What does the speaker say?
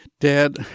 Dad